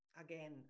Again